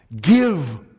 give